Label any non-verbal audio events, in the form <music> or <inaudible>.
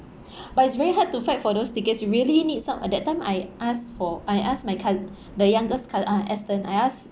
<breath> but it's very hard to fight for those tickets you really need some at that time I ask for I asked my cou~ the youngest cousin ah aston I asked